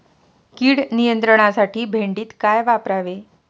कीड नियंत्रणासाठी भेंडीत काय वापरावे?